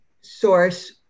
source